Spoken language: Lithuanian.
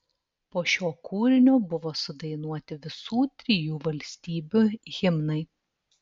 po šio kūrinio buvo sudainuoti visų trijų valstybių himnai